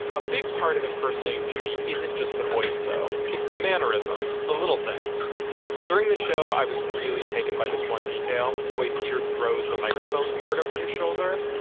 a big part of impersonating judy isn't just the voice, though, it's the mannerisms, the little things during the show i was really taken by this one detail the way peter throws the microphone cord over his shoulder.